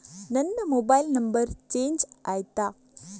ನನ್ನ mobile number change ಆಯ್ತಾ?